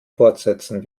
fortsetzen